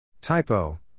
Typo